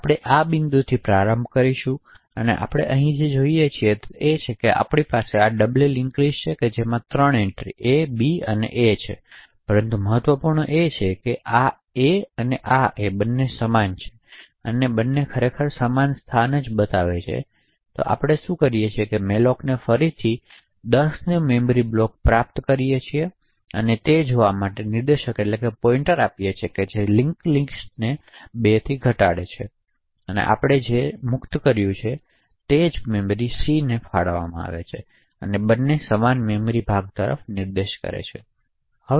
તેથી આપણે આ બિંદુથી પ્રારંભ કરીશું અને આપણે અહીં જે જોઈએ છીએ તે છે કે આપણી પાસે આ ડબલ લિંક્ડ લિસ્ટ છે જેમાં 3 એન્ટ્રી એ બી અને એ છે પરંતુ મહત્વપૂર્ણ છે કે આ એ અને આ એ સમાન છે તે બંને ખરેખર સમાન સ્થાન છે તેથી જ્યારે આપણેકરીએ છીએ llલocક ફરીથી 10 નો મઅને આપણે જે પ્રાપ્ત કરીએ છીએ તે જોવા માટે તે નિર્દેશકને સોંપીએ છીએ કે લિન્ક થયેલ લિસ્ટ હવે 2 ને ઘટાડે છે અને આપણી પાસે જે મુક્ત છે અને c જે પણ ફાળવવામાં આવેલ છે અને તે બંને સમાન મેમરી ભાગ તરફ નિર્દેશ કરે છે